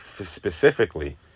specifically